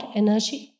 energy